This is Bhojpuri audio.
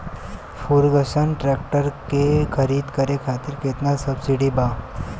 फर्गुसन ट्रैक्टर के खरीद करे खातिर केतना सब्सिडी बा?